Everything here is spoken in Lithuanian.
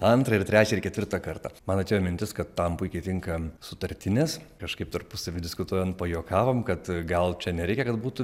antrą ir trečią ir ketvirtą kartą man atėjo mintis kad tam puikiai tinka sutartinės kažkaip tarpusavy diskutuojant pajuokavom kad gal čia nereikia kad būtų